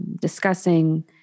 discussing